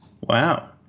Wow